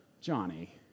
Johnny